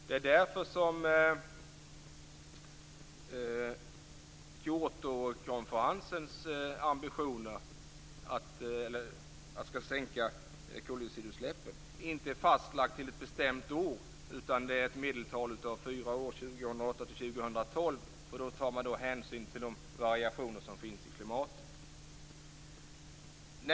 Det är därför som Kyotokonferensens ambitioner att sänka koldioxidutsläppen inte är fastlagda till ett bestämt år utan handlar om ett medeltal under fyra år, 2008-2012. Då tar man hänsyn till de variationer som finns i klimatet.